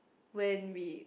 when we